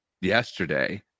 yesterday